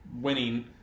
winning